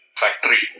factory